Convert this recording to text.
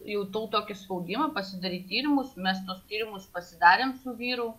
jutau tokį spaudimą pasidaryti tyrimus mes tuos tyrimus pasidarėm su vyru